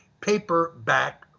paperback